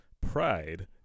pride